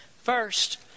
First